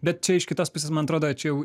bet čia iš kitos pusės man atrodo čia jau